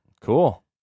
Cool